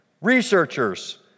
researchers